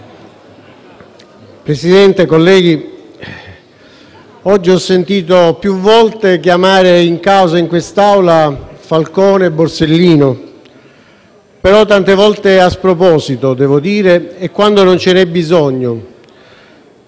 Presidente, colleghi, oggi ho sentito più volte chiamare in causa in quest'Aula Falcone e Borsellino, però, come tante volte, a sproposito - devo dire - e quando non ce n'è bisogno.